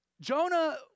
Jonah